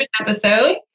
episode